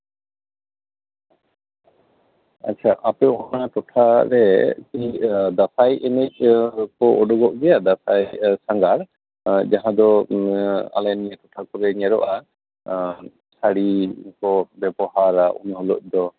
ᱟᱪᱪᱷᱟ ᱟᱯᱮ ᱚᱱᱟ ᱴᱚᱴᱷᱟ ᱨᱮ ᱫᱟᱸᱥᱟᱭ ᱮᱱᱮᱡ ᱠᱚ ᱩᱰᱩᱠᱚᱜ ᱜᱮᱭᱟ ᱫᱟᱸᱥᱟᱭ ᱥᱟᱸᱜᱷᱟᱨ ᱡᱟᱦᱟᱸ ᱫᱚ ᱟᱞᱮ ᱱᱤᱭᱟᱹ ᱴᱚᱴᱷᱟ ᱠᱚᱨᱮ ᱧᱮᱞᱚᱜᱼᱟ ᱥᱟᱲᱤ ᱠᱚ ᱵᱮᱵᱚᱦᱟᱨᱟ ᱩᱱᱦᱤᱞᱳᱜ ᱫᱚ